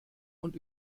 und